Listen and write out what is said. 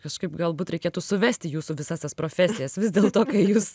kažkaip galbūt reikėtų suvesti jūsų visas tas profesijas vis dėlto kai jūs